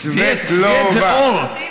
סבט זה אור.